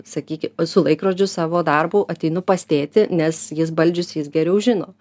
sakyki su laikrodžiu savo darbo ateinu pas tėtį nes jis baldžius jis geriau žino